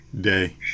day